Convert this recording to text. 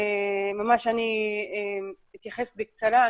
אתייחס בקצרה.